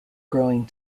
growing